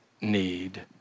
need